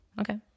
Okay